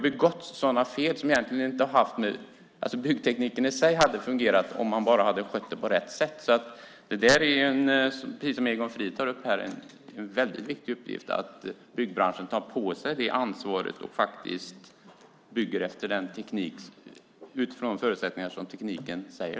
Byggtekniken i sig hade alltså fungerat om man bara hade skött det på rätt sätt, och det är, precis som Egon Frid tar upp, en väldigt viktigt uppgift för byggbranschen att ta på sig detta ansvar och faktiskt bygga utifrån de förutsättningar som tekniken ger.